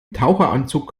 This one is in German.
taucheranzug